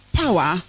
power